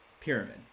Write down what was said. pyramid